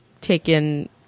taken